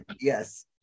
yes